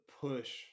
push